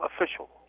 official